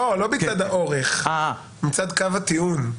לא, לא בגלל האורך, מצד קו הטיעון.